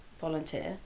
volunteer